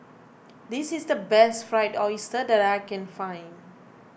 this is the best Fried Oyster that I can find